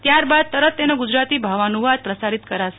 ત્યારબાદ તરત તેનો ગુજરાતી ભાવાનુવાદ પ્રસારીત કરાશે